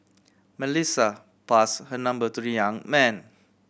Melissa pass her number to the young man